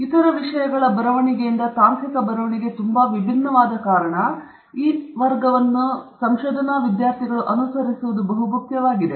ಇತರ ವರ್ಗಗಳ ಬರವಣಿಗೆಯಿಂದ ತಾಂತ್ರಿಕ ಬರವಣಿಗೆ ತುಂಬಾ ವಿಭಿನ್ನವಾದ ಕಾರಣ ಈ ವರ್ಗವನ್ನು ಅನುಸರಿಸುವುದು ಮುಖ್ಯವಾಗಿದೆ